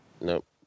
Nope